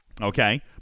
okay